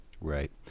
Right